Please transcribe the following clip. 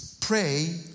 pray